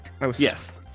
Yes